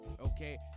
okay